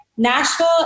Nashville